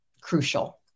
crucial